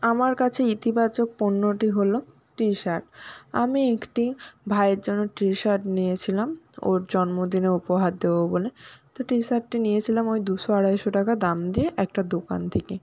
আমার কাছে ইতিবাচক পণ্যটি হলো টি শার্ট আমি একটি ভাইয়ের জন্য টি শার্ট নিয়েছিলাম ওর জন্মদিনে উপহার দেবো বলে তো টি শার্টটি নিয়েছিলাম ওই দুশো আড়াইশো টাকা দাম দিয়ে একটা দোকান থেকে